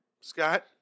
Scott